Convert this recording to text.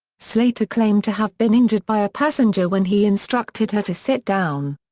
slater claimed to have been injured by a passenger when he instructed her to sit down.